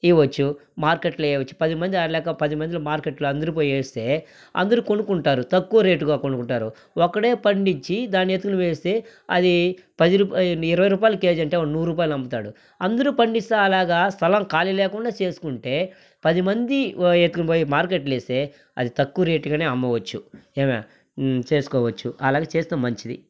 ఇవ్వచ్చు మార్కెట్లో ఇవ్వచ్చు పది మంది అలాగే పదిమందిలో మార్కెట్లో అందురు పోయేస్తే అందరూ కొనుక్కుంటారు తక్కువ రేట్గా కొనుక్కుంటారు ఒకడే పండించి దాన్ని ఎత్తుకొని పోయేస్తే అది పది ఇరవై రూపాయలకేసేస్తే వాడు నూరు రూపాయలకి అమ్ముతాడు అందురూ పండిస్తే ఆలాగ స్థలం ఖాళీ లేకుండా చేసుకుంటే పదిమంది ఎత్తుపోయి మార్కెట్లో ఏస్తే అది తక్కువ రేట్గానే అమ్మవచ్చు ఏమే చేసుకోవచ్చు అలాగే చేస్తే మంచిది